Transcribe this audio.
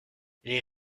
les